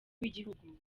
w’igihugu